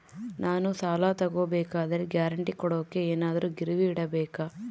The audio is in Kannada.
ನಾನು ಸಾಲ ತಗೋಬೇಕಾದರೆ ಗ್ಯಾರಂಟಿ ಕೊಡೋಕೆ ಏನಾದ್ರೂ ಗಿರಿವಿ ಇಡಬೇಕಾ?